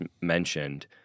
mentioned